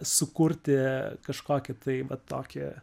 sukurti kažkokį tai vat tokį